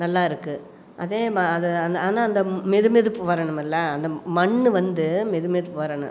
நல்லாருக்குது அதே அதை அந்த ஆனால் அந்த மெதுமெதுப்பு வரணுமெல்ல அந்த மண்ணு வந்து மெதுமெதுப்பு வரணும்